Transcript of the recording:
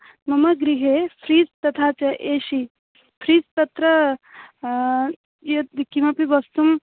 मम गृहे फ़्रिज् तथा च ए सि फ़्रिज् तत्र यत् किमपि वस्तु